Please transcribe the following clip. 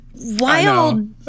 wild